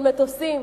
של מטוסים.